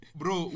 bro